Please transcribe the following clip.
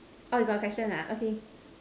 orh you got question ah okay